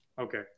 Okay